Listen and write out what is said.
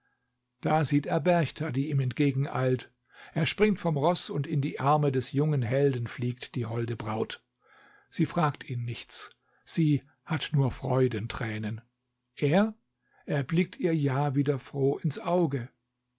a fieht er serchta bie ihm entgegeneilt r fpringt oom stof unb in bie sirene bes jungen gelben fliegt bie halbe sraut ie fragt ihn nichts fie hat nur greubentränen r er bfidt ihr ja raieber froh ins sluge